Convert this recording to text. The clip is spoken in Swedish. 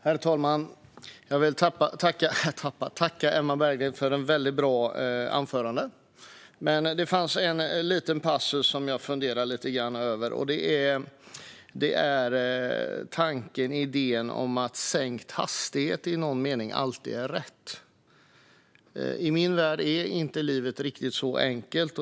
Herr talman! Jag vill tacka Emma Berginger för ett bra anförande. Men det fanns en passus som jag funderar lite grann över. Det handlar om tanken, idén, att sänkt hastighet i någon mening alltid är rätt. I min värld är livet inte riktigt så enkelt.